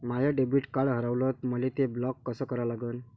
माय debit card हारवलं, मले ते ब्लॉक कस करा लागन?